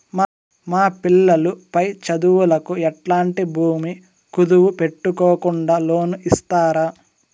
మా పిల్లలు పై చదువులకు ఎట్లాంటి భూమి కుదువు పెట్టుకోకుండా లోను ఇస్తారా